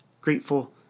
Grateful